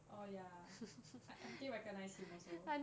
oh ya aunty recognise him also